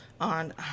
on